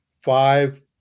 five